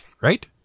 right